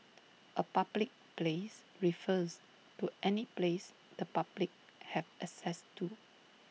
A public place refers to any place the public have access to